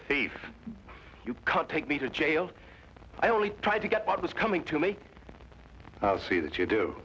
thief you can take me to jail i only tried to get what was coming to make i'll see that you do